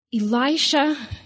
Elisha